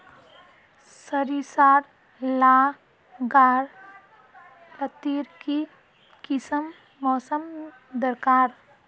सरिसार ला गार लात्तिर की किसम मौसम दरकार?